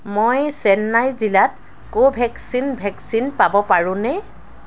মই চেন্নাই জিলাত কোভেক্সিন ভেকচিন পাব পাৰোঁনে